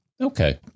Okay